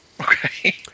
Okay